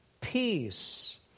peace